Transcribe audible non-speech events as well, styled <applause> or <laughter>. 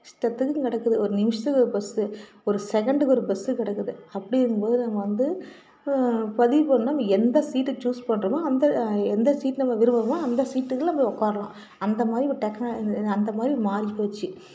இஷ்டத்துக்கும் கடக்குது ஒரு நிமிஷத்துக்கு ஒரு பஸ்ஸு ஒரு செகண்டுக்கு ஒரு பஸ்ஸு கடக்குது அப்படிங்கும்போது நம்ம வந்து பதிவு பண்ணால் நம்ம எந்த சீட்டு சூஸ் பண்ணுறோமோ அந்த எந்த சீட் நம்ம விரும்புகிறோமோ அந்த சீட்டில் நம்ம உட்கார்லாம் அந்தமாதிரி ஒரு டெக்னா <unintelligible> அந்தமாதிரி ஒரு மாறிப்போச்சு